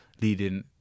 leading